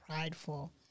prideful